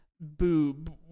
Boob